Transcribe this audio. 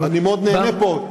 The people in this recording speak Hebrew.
אני מאוד נהנה פה.